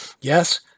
Yes